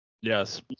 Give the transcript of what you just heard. Yes